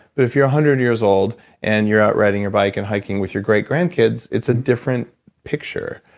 but if you're a hundred years old and you're out riding your bike and hiking with your great grandkids, it's a different picture,